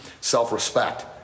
Self-respect